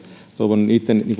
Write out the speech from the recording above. toivon niitten